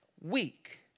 week